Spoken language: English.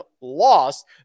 lost